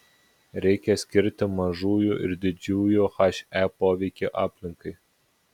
reikia skirti mažųjų ir didžiųjų he poveikį aplinkai